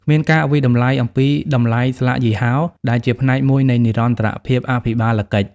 គ្មានការវាយតម្លៃអំពី "តម្លៃស្លាកយីហោ" ដែលជាផ្នែកមួយនៃនិរន្តរភាពអភិបាលកិច្ច។